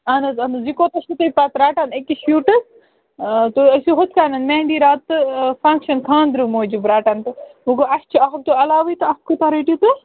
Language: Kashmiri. اَہَن حظ اَہَن حظ یہِ کوتاہ چھُو تُہۍ پَتہٕ رَٹان أکِس شوٗٹس تُہۍ ٲسِو ہُتھٕ کٔنۍ مہنٛدی رات تہٕ فَنگشَن خانٛدرٕ موٗجوٗب رَٹان تہٕ وۅنۍ گوٚو اَسہِ چھُ اَکھ دۄہ علاوٕے تہٕ اَکھ کوٗتاہ رٔٹِوٗ تُہۍ